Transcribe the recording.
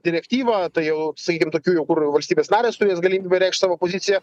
direktyva tai jau sakykim tokiu jau kur valstybės narės turės galimybę reikšt savo pozicija